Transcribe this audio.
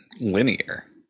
linear